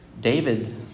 David